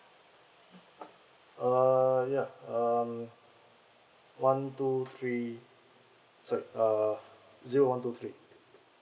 uh yeah um one two three sorry uh zero one two three